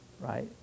right